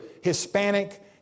Hispanic